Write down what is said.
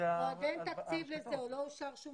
עוד לא אושר.